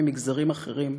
ממגזרים אחרים,